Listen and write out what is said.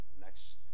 next